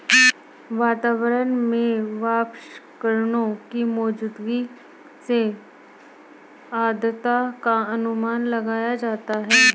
वातावरण में वाष्पकणों की मौजूदगी से आद्रता का अनुमान लगाया जाता है